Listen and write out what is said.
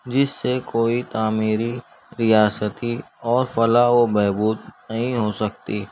جس سے کوئی تعمیری ریاستی اور فلاح و بہبود نہیں ہو سکتی